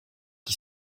qui